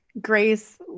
grace